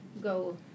go